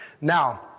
Now